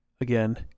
Again